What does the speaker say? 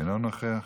אינו נוכח.